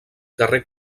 carrer